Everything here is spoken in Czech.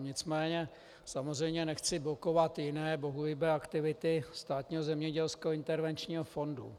Nicméně samozřejmě nechci blokovat jiné bohulibé aktivity Státního zemědělského intervenčního fondu.